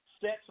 sets